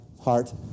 heart